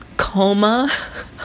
coma